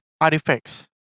artifacts